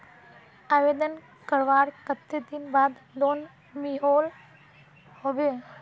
आवेदन करवार कते दिन बाद लोन मिलोहो होबे?